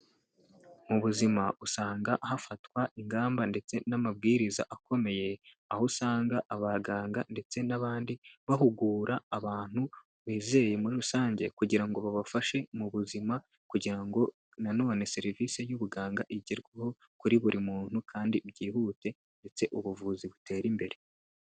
Mu buzima usanga hafatwa ingamba ndetse n'amabwiriza akomeye, aho usanga abaganga ndetse n'abandi bahugura abantu bizeye muri rusange, kugira ngo babafashe mu buzima kugira ngo nanone serivisi y'ubuganga igerweho kuri buri muntu, kandi byihute ndetse ubuvuzi butere imbere.